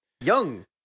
Young